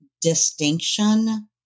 distinction